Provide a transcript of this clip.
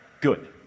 good